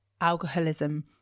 alcoholism